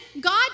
God